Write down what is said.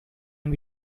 and